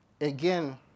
again